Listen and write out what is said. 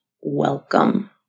welcome